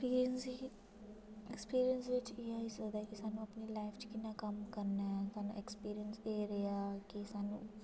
experience एह् होई सकदा स्हान्नूं कि'यां कम्म करना एक्सपिरयंस एह् रेहा कि